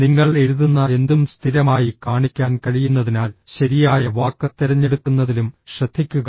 നിങ്ങൾ എഴുതുന്ന എന്തും സ്ഥിരമായി കാണിക്കാൻ കഴിയുന്നതിനാൽ ശരിയായ വാക്ക് തിരഞ്ഞെടുക്കുന്നതിലും ശ്രദ്ധിക്കുക